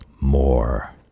more